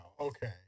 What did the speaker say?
Okay